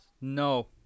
No